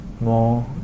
more